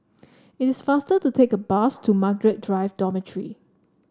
it is faster to take the bus to Margaret Drive Dormitory